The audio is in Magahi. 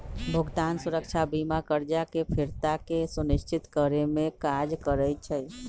भुगतान सुरक्षा बीमा करजा के फ़िरता के सुनिश्चित करेमे काज करइ छइ